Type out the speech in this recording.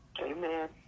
Amen